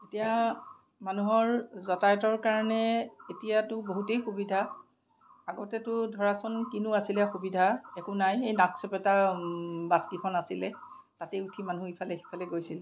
এতিয়া মানুহৰ যাতায়তৰ কাৰণে এতিয়াতো বহুতেই সুবিধা আগতেটো ধৰাচোন কিনো আছিলে সুবিধা একো নাই এই নাক চেপেটা বাছ কেইখন আছিলে তাতে উঠি মানুহ ইফালে সিফালে গৈছিল